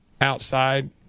outside